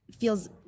feels